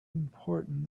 important